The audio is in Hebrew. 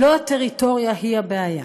"לא הטריטוריה היא הבעיה,